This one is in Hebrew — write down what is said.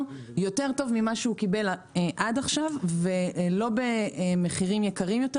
יותר טוב ממה שהוא קיבל עד עכשיו ולא במחירים יקרים יותר,